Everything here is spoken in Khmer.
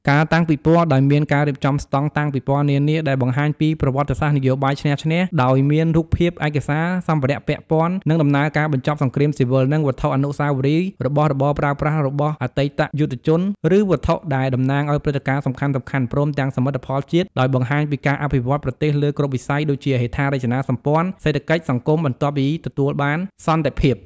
ការតាំងពិព័រណ៍ ដោយមានការរៀបចំស្ដង់តាំងពិព័រណ៍នានា ដែលបង្ហាញពី ប្រវត្តិសាស្ត្រនយោបាយឈ្នះ-ឈ្នះ ដោយមានរូបភាព ឯកសារ សម្ភារៈពាក់ព័ន្ធនឹងដំណើរការបញ្ចប់សង្គ្រាមស៊ីវិល និងវត្ថុអនុស្សាវរីយ៍ របស់របរប្រើប្រាស់របស់អតីតយុទ្ធជន ឬវត្ថុដែល តំណាងឱ្យព្រឹត្តិការណ៍សំខាន់ៗ ព្រមទាំងសមិទ្ធផលជាតិ ដោយបង្ហាញពីការអភិវឌ្ឍន៍ប្រទេសលើគ្រប់វិស័យដូចជាហេដ្ឋារចនាសម្ព័ន្ធ សេដ្ឋកិច្ច សង្គម បន្ទាប់ពីទទួលបានសន្តិភាព។